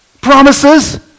Promises